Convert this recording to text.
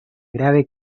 grave